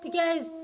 تِکیٛازِ